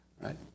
right